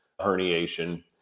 herniation